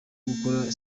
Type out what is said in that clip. gukora